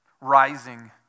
rising